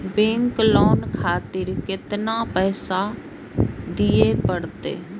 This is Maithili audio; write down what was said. बैंक लोन खातीर केतना पैसा दीये परतें?